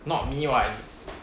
not me [what] you s~